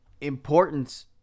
importance